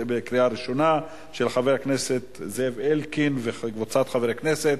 של חבר הכנסת זאב אלקין וקבוצת חברי הכנסת,